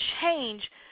change